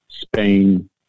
Spain